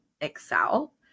Excel